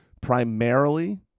primarily